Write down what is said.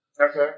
Okay